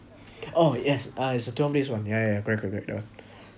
oh yes uh it's a twelve days [one] yeah yeah yeah correct correct yeah